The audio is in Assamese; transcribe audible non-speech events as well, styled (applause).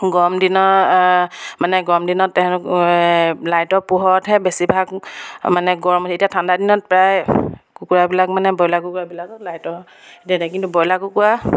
গৰম দিনৰ মানে গৰম দিনত তেহেঁতক লাইটৰ পোহৰতহে বেছিভাগ মানে গৰম উঠে এতিয়া ঠাণ্ডা দিনত প্ৰায় কুকুৰাবিলাক মানে ব্ৰইলাৰ কুকুৰাবিলাকক লাইটৰ তেতিয়া (unintelligible) কিন্তু ব্ৰইলাৰ কুকুৰা